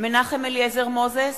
מנחם אליעזר מוזס,